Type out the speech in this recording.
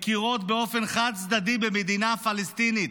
מכירות באופן חד-צדדי במדינה פלסטינית: